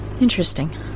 interesting